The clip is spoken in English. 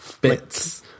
bits